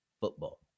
football